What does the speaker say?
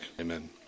Amen